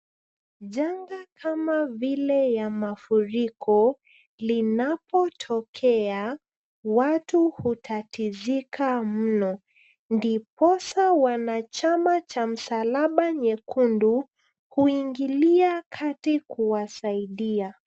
Janga kama vile ya mafuriko linapotokea, watu hutatizika mno ndiposa wanachama cha msalaba nyekundu, huingilia kati kuwasaidia.